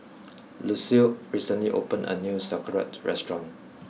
Lucile recently opened a new Sauerkraut restaurant